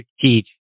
teach